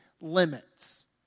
limits